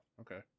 Okay